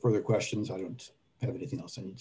further questions i don't have anything else and